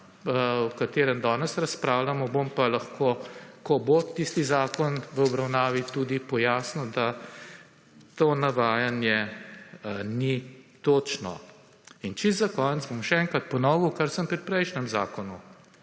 o katerem danes razpravljamo, bom pa lahko, ko bo tisti zakon v obravnavi, tudi pojasnil, da to navajanje ni točno. In čisto za konec, bom še enkrat ponovil kar sem pri prejšnjem zakonu.